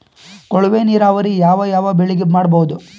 ಕೊಳವೆ ನೀರಾವರಿ ಯಾವ್ ಯಾವ್ ಬೆಳಿಗ ಮಾಡಬಹುದು?